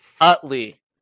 Utley